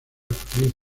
actriz